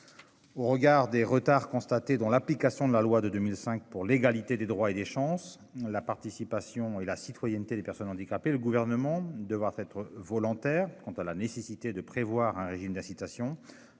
Au regard des retards constatés dans l'application de la loi de 2005 pour l'égalité des droits et des chances, la participation et la citoyenneté des personnes handicapées. Le gouvernement devra être volontaire. Quant à la nécessité de prévoir un régime d'incitations